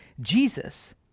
Jesus